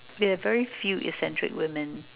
we have very few eccentric women